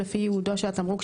לפי ייעודו של התמרוק,